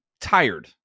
tired